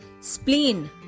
spleen